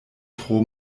tro